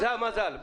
זה המזל.